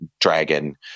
dragon